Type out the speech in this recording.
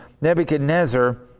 Nebuchadnezzar